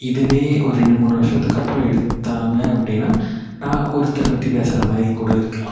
இதுவே ஒரு ரெண்டு மூணு வருஷத்துக்கு அப்புறம் எடுத்தாங்க அப்படின்னா நான் ஒருத்தரை பற்றி பேசகிற மாதிரி கூட இருக்கலாம்